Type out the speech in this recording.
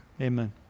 Amen